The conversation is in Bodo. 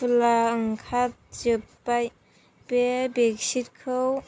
तुला ओंखार जोबबाय बे बेकसिथखौ